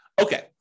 Okay